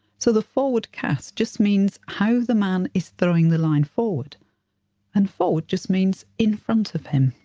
so the forward cast just means how the man is throwing the line forward and forward just means in front of him,